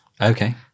Okay